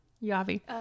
Yavi